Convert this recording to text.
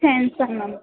thanks అండి ma'am